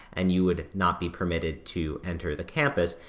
and you would not be permitted to enter the campus,